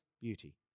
beauty